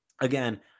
again